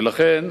ולכן,